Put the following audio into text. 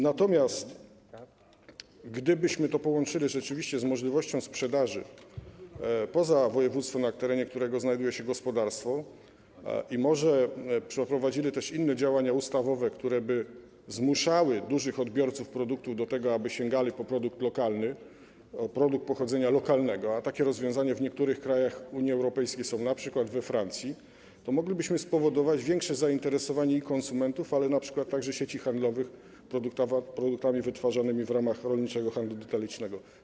Natomiast gdybyśmy połączyli to rzeczywiście z możliwością sprzedaży poza województwem, na terenie którego znajduje się gospodarstwo, i może przeprowadzili też inne działania ustawowe, które by zmuszały dużych odbiorców produktów do tego, aby sięgali po produkt lokalny, produkt pochodzenia lokalnego - takie rozwiązania są w niektórych krajach Unii Europejskiej, np. we Francji - to moglibyśmy spowodować większe zainteresowanie konsumentów, ale także np. sieci handlowych produktami wytwarzanymi w ramach rolniczego handlu detalicznego.